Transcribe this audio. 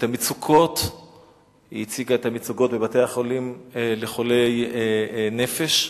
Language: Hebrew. היא הציגה את המצוקות בבתי-החולים לחולי נפש,